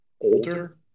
older